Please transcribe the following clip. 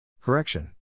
Correction